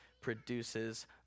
produces